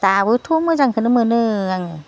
दाबोथ' मोजांखोनो मोनो आङो